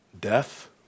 Death